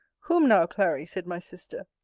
whom now, clary, said my sister,